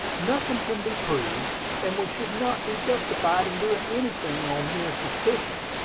nothing can be proved and we should not be justified in doing anything on mere suspicion.